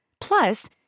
Plus